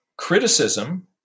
Criticism